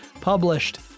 published